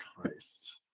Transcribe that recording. Christ